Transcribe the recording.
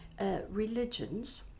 religions